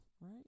right